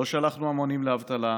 לא שלחנו המונים לאבטלה,